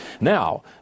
Now